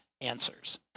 answers